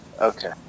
Okay